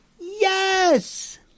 Yes